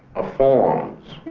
of forms